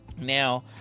Now